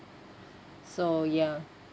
so ya